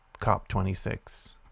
COP26